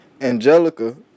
Angelica